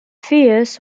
fears